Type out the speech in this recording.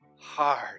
hard